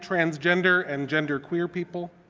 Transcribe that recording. transgender and genderqueer people,